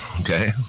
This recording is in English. okay